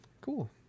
cool